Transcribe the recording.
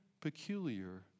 peculiar